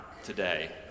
today